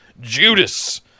Judas